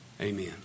Amen